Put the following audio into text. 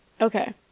Okay